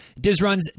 Dizruns